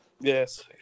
Yes